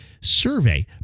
survey